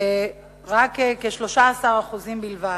כ-13% בלבד.